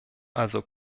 also